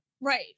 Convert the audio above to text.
Right